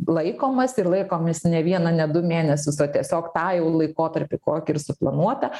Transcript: laikomasi ir laikomės ne vieną ne du mėnesius o tiesiog tą jau laikotarpį kokį ir suplanuota